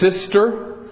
sister